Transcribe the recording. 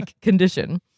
condition